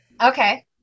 Okay